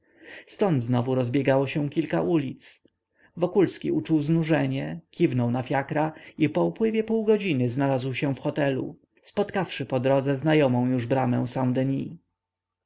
ztąd znowu rozbiegało się kilka ulic wokulski uczuł znużenie kiwnął na fiakra i po upływie pół godziny znalazł się w hotelu spotkawszy po drodze znajomą już bramę st